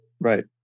Right